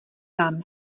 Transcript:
vám